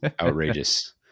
outrageous